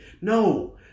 No